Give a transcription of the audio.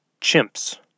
Chimps